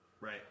Right